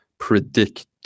predict